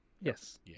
yes